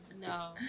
no